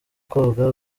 koga